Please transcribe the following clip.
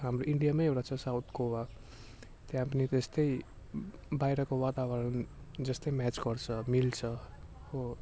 हाम्रो इन्डियामै एउटा छ साउथ गोवा त्यहाँ पनि त्यस्तै बाहिरको वातावरण जस्तै म्याच गर्छ मिल्छ हो